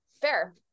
fair